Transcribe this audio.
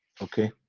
okay